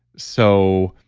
so,